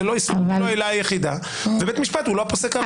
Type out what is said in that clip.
זאת לא העילה היחידה ובית משפט הוא לא הפוסק האחרון.